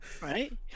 Right